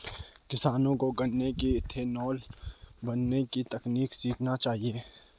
किसानों को गन्ने से इथेनॉल बनने की तकनीक सीखना चाहिए